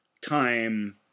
time